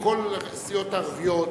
אם כל הסיעות הערביות,